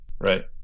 Right